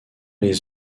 les